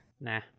Nah